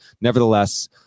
Nevertheless